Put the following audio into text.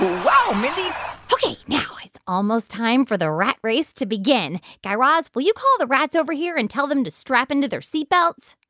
wow, mindy ok. now it's almost time for the rat race to begin. guy raz, will you call the rats over here and tell them to strap into their seat belts?